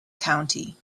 county